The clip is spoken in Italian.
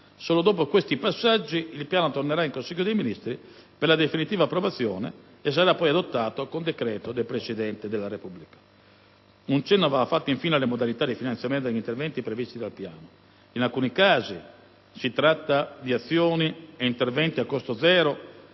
Solo dopo questi passaggi il Piano tornerà in Consiglio dei ministri per la definitiva approvazione e sarà poi adottato con decreto del Presidente della Repubblica. Un cenno va fatto, infine, alle modalità di finanziamento degli interventi previsti nel Piano: in alcuni casi si tratta di azioni e interventi a costo zero